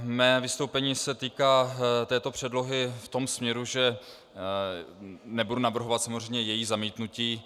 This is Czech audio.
Mé vystoupení se týká této předlohy v tom směru, že nebudu navrhovat samozřejmě její zamítnutí.